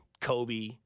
Kobe